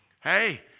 Hey